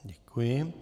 Děkuji.